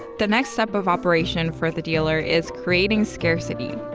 the next step of operations for the dealer is creating scarcity.